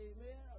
Amen